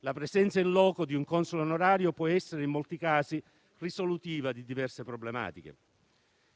La presenza *in loco* di un console onorario può essere, in molti casi, risolutiva di diverse problematiche.